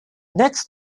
next